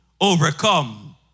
overcome